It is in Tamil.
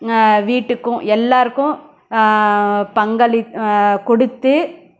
வீட்டுக்கும் எல்லோருக்கும் பங்களித்து கொடுத்து